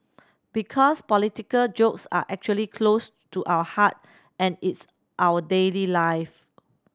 because political jokes are actually close to our heart and it's our daily life